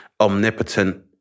omnipotent